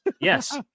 Yes